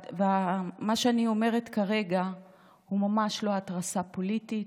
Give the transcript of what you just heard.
ומה שאני אומרת כרגע הוא ממש לא התרסה פוליטית,